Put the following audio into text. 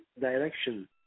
direction